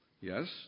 Yes